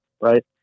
right